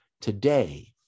today